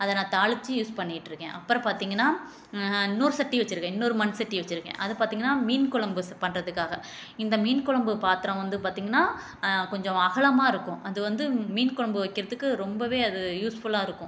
அதை நான் தாளிச்சு யூஸ் பண்ணிகிட்டிருக்கேன் அப்புறம் பார்த்திங்கன்னா இன்னோரு சட்டி வச்சுருக்கேன் இன்னோரு மண் சட்டி வச்சுருக்கேன் அது பார்த்திங்கன்னா மீன் குழம்பு பண்ணுறதுக்காக இந்த மீன் குழம்பு பாத்திரம் வந்து பார்த்திங்கன்னா கொஞ்சம் அகலமாக இருக்கும் அது வந்து மீன் குழம்பு வைக்கிறதுக்கு ரொம்பவே அது யூஸ்ஃபுல்லாக இருக்கும்